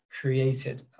created